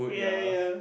ya ya ya